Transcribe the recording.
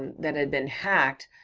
and that had been hacked,